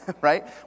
right